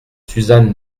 suzanne